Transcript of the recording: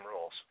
rules